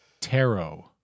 Tarot